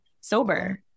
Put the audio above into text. sober